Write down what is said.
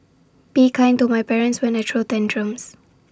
be kind to my parents when I throw tantrums